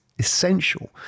essential